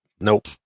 Nope